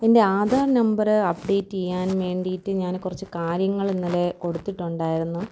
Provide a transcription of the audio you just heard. എൻ്റെ Aadhaar number update ചെയ്യാൻ വേണ്ടീട്ട് ഞാൻ കുറച്ച് കാര്യങ്ങളിന്നലെ കൊടുത്തിട്ടുണ്ടായിരുന്നു